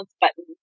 button